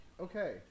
Okay